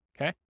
okay